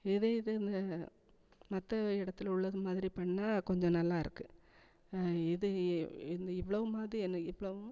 இதே இது இந்த மற்ற இடத்துல உள்ளதுமாதிரி பண்ணால் கொஞ்சம் நல்லா இருக்குது இதே இந்த இவ்வளோமாதிரி என்ன இவ்வளவும்